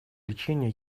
лечения